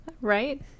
Right